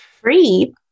Free